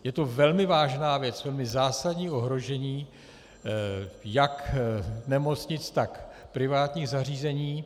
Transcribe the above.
Je to velmi vážná věc, velmi zásadní ohrožení jak nemocnic, tak privátních zařízení.